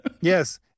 Yes